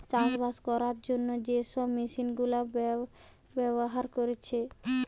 চাষবাস কোরার জন্যে যে সব মেশিন গুলা ব্যাভার কোরছে